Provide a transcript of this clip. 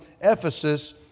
Ephesus